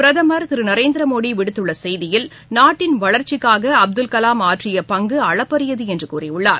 பிரதமா் திரு நரேந்திரமோடி விடுத்துள்ள செய்தியில் நாட்டின் வளா்ச்சிக்காக அப்துல்கலாம் ஆற்றிய பங்கு அளப்பறியது என்று கூறியுள்ளார்